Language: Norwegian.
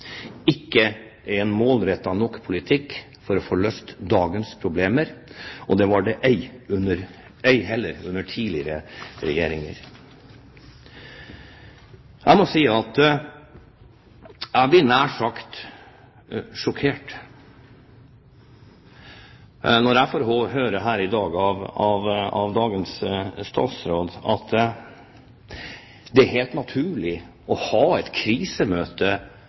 ikke er en målrettet nok politikk til å få løst dagens problemer, og det var det ei heller under tidligere regjeringer. Jeg må si at jeg blir nær sagt sjokkert når jeg får høre her i dag av dagens statsråd at det er helt naturlig å ha et krisemøte